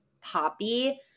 poppy